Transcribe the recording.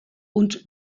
und